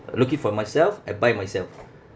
looking for myself and by myself